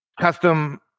custom